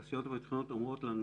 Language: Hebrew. התעשיות הביטחוניות אומרות לנו